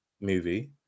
movie